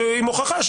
עם הוכחה,